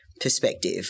perspective